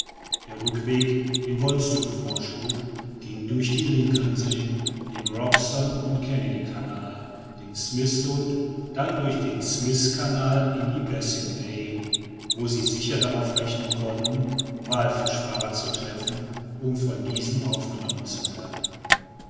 der rückweg den wonström vorschlug ging durch die lincoln see den robeson und kennedy kanal den smiths sund dann durch den smiths kanal in die bassins bai wo sie sicher darauf rechnen konnten walfischfahrer zu treffen um von diesen aufgenommen zu werden